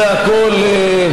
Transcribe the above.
זה הכול,